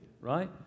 right